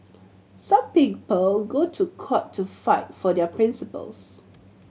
some people go to court to fight for their principles